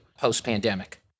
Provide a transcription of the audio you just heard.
post-pandemic